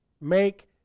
make